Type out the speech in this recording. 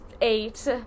eight